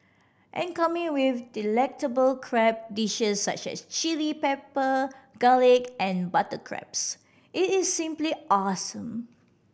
and coming with delectable crab dishes such as chilli pepper garlic and butter crabs it is simply awesome